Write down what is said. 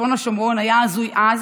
מצפון השומרון, היה הזוי אז